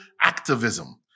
activism